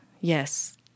Yes